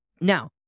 Now